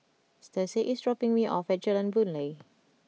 Stacie is dropping me off at Jalan Boon Lay